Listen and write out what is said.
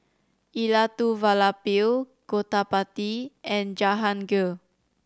Elattuvalapil Gottipati and Jahangir